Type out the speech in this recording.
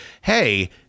hey